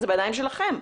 זה בידיים שלכם.